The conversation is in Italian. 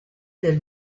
del